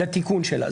לתיקון שלה.